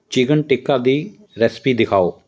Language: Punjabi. ਚਿਕਨ ਟਿੱਕਾ ਦੀ ਰੈਸਿਪੀ ਦਿਖਾਓ